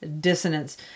dissonance